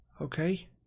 Okay